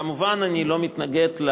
כמובן, אני לא מתנגד,